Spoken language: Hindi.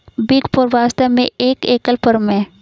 बिग फोर वास्तव में एक एकल फर्म है